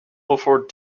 before